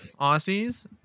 Aussies